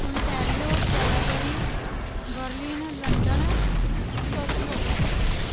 Ontario Calgary Berlin London Tokyo